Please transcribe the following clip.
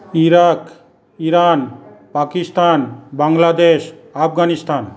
Iraq Iran Pakistan Bangladesh Afghanistan